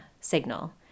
signal